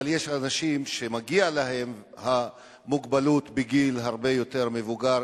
אבל יש אנשים שמגיעה להם המוגבלות בגיל הרבה יותר מבוגר,